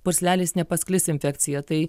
pursleliais nepasklis infekcija tai